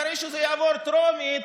אחרי שזה יעבור בטרומית,